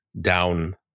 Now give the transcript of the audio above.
down